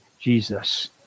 Jesus